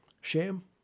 shame